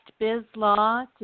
bizlaw